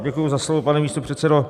Děkuji za slovo, pane místopředsedo.